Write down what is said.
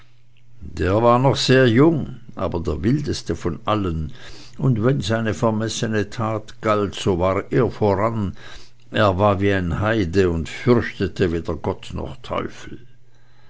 der war noch sehr jung aber der wildeste von allen und wenn's eine vermessene tat galt so war er voran er war wie ein heide und fürchtete weder gott noch teufel